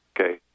Okay